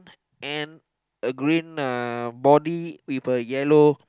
and a green uh body with a yellow